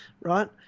Right